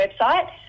website